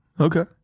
Okay